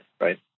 Right